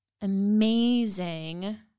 amazing